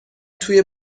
توی